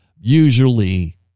usually